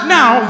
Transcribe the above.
now